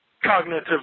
cognitive